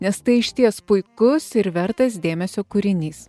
nes tai išties puikus ir vertas dėmesio kūrinys